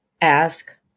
Ask